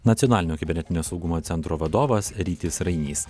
nacionalinio kibernetinio saugumo centro vadovas rytis rainys